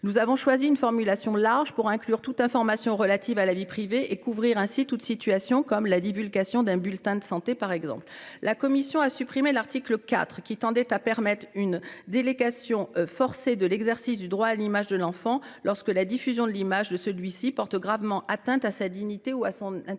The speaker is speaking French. Nous avons choisi une formulation large pour inclure toute information relative à la vie privée et couvrir ainsi toute situation, comme la divulgation d'un bulletin de santé. La commission a supprimé l'article 4 qui tendait à permettre une délégation forcée de l'exercice du droit à l'image de l'enfant lorsque la diffusion de l'image de celui-ci porte gravement atteinte à sa dignité ou à son intégrité